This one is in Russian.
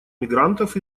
мигрантов